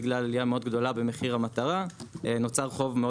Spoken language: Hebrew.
בגלל עלייה מאוד גדולה במחיר המטרה נוצר חוב מאוד